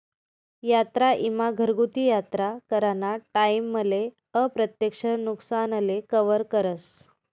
यात्रा ईमा घरगुती यात्रा कराना टाईमले अप्रत्यक्ष नुकसानले कवर करस